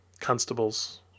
constables